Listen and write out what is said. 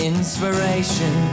Inspiration